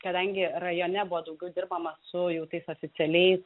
kadangi rajone buvo daugiau dirbama su jau tais oficialiais